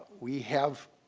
we have